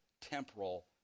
temporal